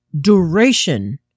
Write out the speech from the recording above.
duration